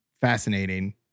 fascinating